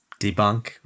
debunk